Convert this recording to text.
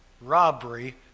robbery